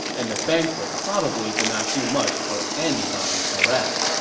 and the banquet probably did not do much for anybody's morale